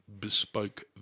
bespoke